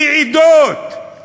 ועידות,